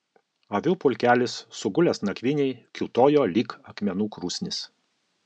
avių pulkelis sugulęs nakvynei kiūtojo lyg akmenų krūsnis